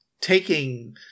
taking